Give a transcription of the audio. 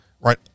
right